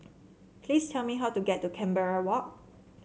please tell me how to get to Canberra Walk